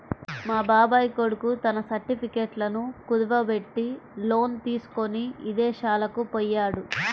మా బాబాయ్ కొడుకు తన సర్టిఫికెట్లను కుదువబెట్టి లోను తీసుకొని ఇదేశాలకు పొయ్యాడు